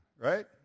right